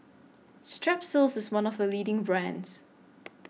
Strepsils IS one of The leading brands